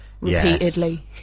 Repeatedly